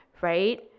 right